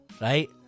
right